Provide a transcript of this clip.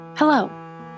Hello